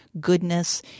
goodness